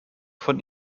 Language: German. von